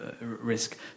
Risk